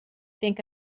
think